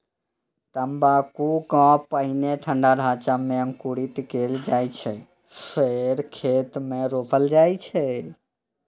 तंबाकू कें पहिने ठंढा ढांचा मे अंकुरित कैल जाइ छै, फेर खेत मे रोपल जाइ छै